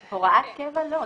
לא.